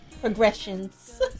progressions